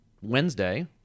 Wednesday